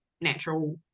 natural